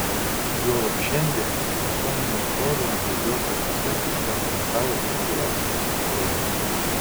juolab šiandien kai visuomenei atrodo jog jos akyse susikompromitavo pati laisvės idėja